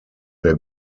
der